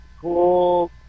cool